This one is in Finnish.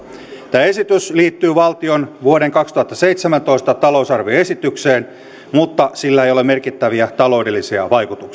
tämä esitys liittyy valtion vuoden kaksituhattaseitsemäntoista talousarvioesitykseen mutta sillä ei ole merkittäviä taloudellisia vaikutuksia